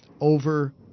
over